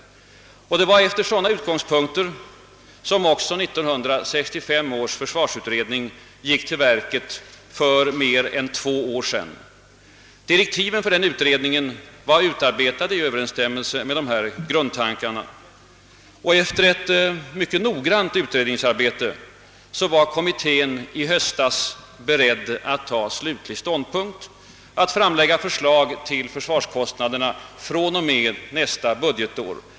Det var med sådana utgångspunkter som också 1965 års försvarsutredning gick till verket för mer än två år sedan. Direktiven för den utredningen var utarbetade i överensstämmelse med dessa grundtankar. Efter ett mycket noggrant utredningsarbete var kommittén i höstas beredd att ta slutlig ståndpunkt, att framlägga förslag till försvarskostnaderna fr.o.m. nästa budgetår.